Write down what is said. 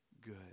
good